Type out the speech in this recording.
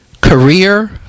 career